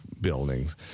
buildings